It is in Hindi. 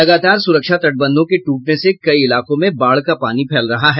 लगातार सुरक्षा तटबंधों के टूटने से कई इलाकों में बाढ़ का पानी फैल रहा है